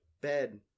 Bed